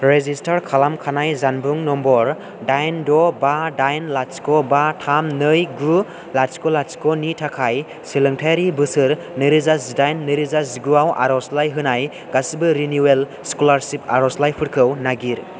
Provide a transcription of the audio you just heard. register खालामखानाय जानबुं number दाइन द' बा दाइन लाथिख' बा थाम नै गु लाथिख' लाथिख'नि थाखाय सोलोंथायारि बोसोर नैरोजा जिदाइन नैरोजा जिगुआव आर'जलाइ होनाय गासैबो रिनिउवेल स्कलारसिप आर'जलाइफोरखौ नागिर